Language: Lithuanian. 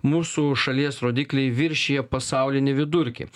mūsų šalies rodikliai viršija pasaulinį vidurkį